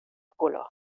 culo